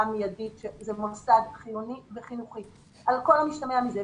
מיידית שזה מוסד חיוני וחינוכי על כל המשתמע מזה.